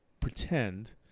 pretend